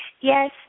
yes